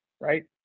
right